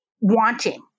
wanting